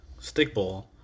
stickball